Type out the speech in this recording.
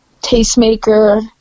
Tastemaker